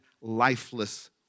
lifeless